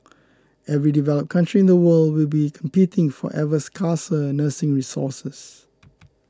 every developed country in the world will be competing for ever scarcer nursing resources